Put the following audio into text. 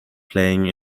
playing